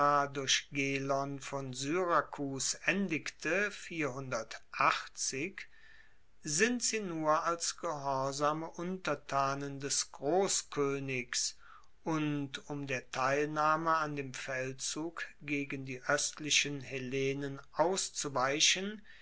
durch gelon von syrakus endigte sind sie nur als gehorsame untertanen des grosskoenigs und um der teilnahme an dem feldzug gegen die oestlichen hellenen auszuweichen